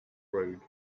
road